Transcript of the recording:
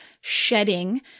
shedding